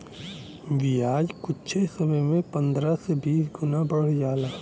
बियाज कुच्छे समय मे पन्द्रह से बीस गुना बढ़ जाला